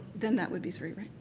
then that would be three,